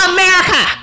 America